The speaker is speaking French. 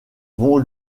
vont